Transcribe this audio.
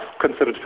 considered